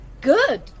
Good